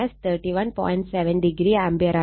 7° ampere എന്നായിരിക്കും